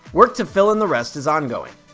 work to fill in the rest is ongoing.